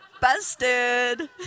Busted